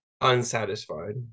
Unsatisfied